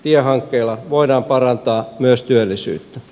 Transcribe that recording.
tiehankkeilla voidaan parantaa myös työllisyyttä